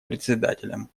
председателем